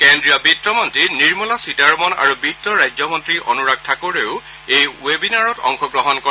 কেন্দ্ৰীয় বিত্তমন্ত্ৰী নিৰ্মলা সীতাৰমণ আৰু বিত্তীয় ৰাজ্য মন্ত্ৰী অনুৰাগ ঠাকুৰেও এই ৱেবিনাৰত অংশগ্ৰহণ কৰে